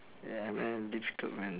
ya man difficult man